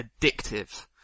addictive